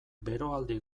beroaldi